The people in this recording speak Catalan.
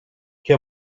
què